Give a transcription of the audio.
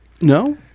No